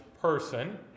person